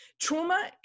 Trauma